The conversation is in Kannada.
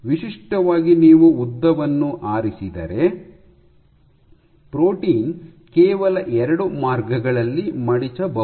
ವಿಶಿಷ್ಟವಾಗಿ ನೀವು ಉದ್ದವನ್ನು ಆರಿಸಿದರೆ ಪ್ರೋಟೀನ್ ಕೇವಲ ಎರಡು ಮಾರ್ಗಗಳಲ್ಲಿ ಮಡಿಚಬಹುದು